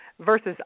versus